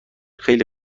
خیلی